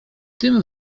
tym